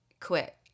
quit